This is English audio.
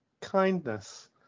kindness